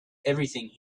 everything